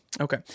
Okay